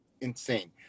insane